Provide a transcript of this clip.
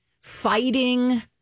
fighting